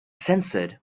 censored